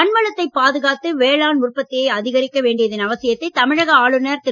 மண்வளத்தை பாதுகாத்து வேளாண் உற்பத்தியை அதிகரிக்க வேண்டியதன் அவசியத்தை தமிழக ஆளுநர் திரு